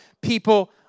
people